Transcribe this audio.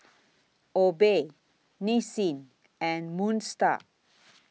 Obey Nissin and Moon STAR